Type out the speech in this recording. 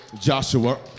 Joshua